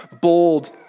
bold